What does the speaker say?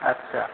আচ্ছা